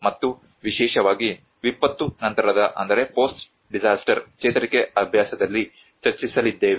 ಮತ್ತು ವಿಶೇಷವಾಗಿ ವಿಪತ್ತು ನಂತರದ ಚೇತರಿಕೆ ಅಭ್ಯಾಸದಲ್ಲಿ ಚರ್ಚಿಸಲಿದ್ದೇವೆ